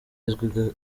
izwi